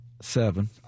Seven